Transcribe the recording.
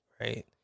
right